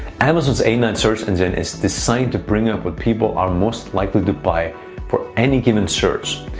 amazon's a nine search engine is designed to bring up what people are most likely to buy for any given search.